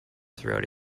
throughout